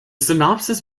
synopsis